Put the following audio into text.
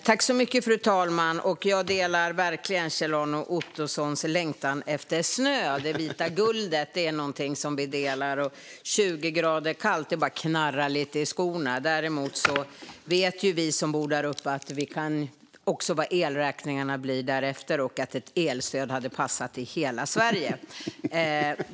Fru talman! Jag delar verkligen Kjell-Arne Ottossons längtan efter snö, det vita guldet. Det är någonting som vi delar. 20 grader kallt - det bara knarrar lite under skorna. Däremot vet vi som bor där uppe att elräkningarna blir därefter. Ett elstöd hade passat i hela Sverige.